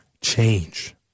change